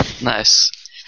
Nice